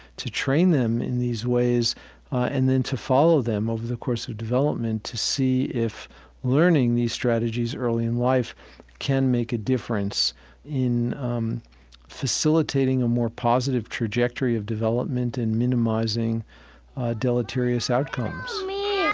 to train them in these ways and then to follow them over the course of development to see if learning these strategies early in life can make a difference in um facilitating a more positive trajectory of development and minimizing deleterious outcomes give yeah